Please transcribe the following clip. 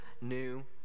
new